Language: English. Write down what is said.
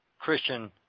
Christian